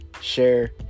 share